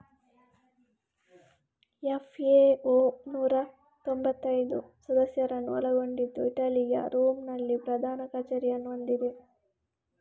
FAO ನೂರಾ ತೊಂಭತ್ತೈದು ಸದಸ್ಯರನ್ನು ಒಳಗೊಂಡಿದ್ದು ಇಟಲಿಯ ರೋಮ್ ನಲ್ಲಿ ಪ್ರಧಾನ ಕಚೇರಿಯನ್ನು ಹೊಂದಿದೆ